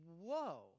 whoa